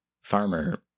farmer